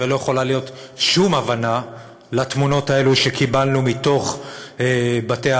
ולא יכולה להיות שום הבנה לתמונות האלה שקיבלנו מתוך בתי-האבות,